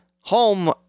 home